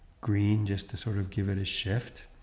green just to sort of give it a shift.